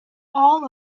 all